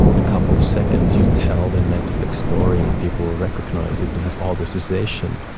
a couple of seconds, you tell the netflix story and people recognize it and have all the cessation.